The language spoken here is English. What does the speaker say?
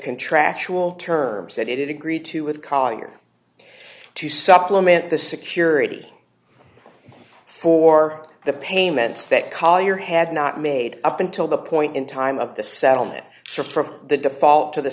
contractual terms that it agreed to with collier to supplement the security for the payments that collier had not made up until the point in time of the settlement sopra the default to the